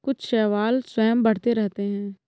कुछ शैवाल स्वयं बढ़ते रहते हैं